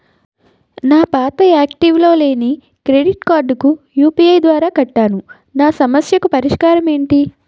నా పాత యాక్టివ్ లో లేని క్రెడిట్ కార్డుకు యు.పి.ఐ ద్వారా కట్టాను నా సమస్యకు పరిష్కారం ఎంటి?